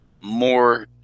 more